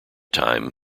time